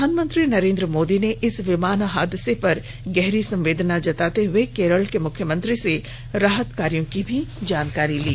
प्रधानमंत्री नरेंद्र मोदी ने इस विमान हादसे पर गहरी संवेदना जताते हुए केरल के मुख्यमंत्री से राहत कार्यों की भी जानकारी ली